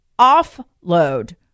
offload